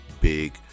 big